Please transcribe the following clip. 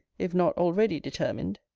if not already determined?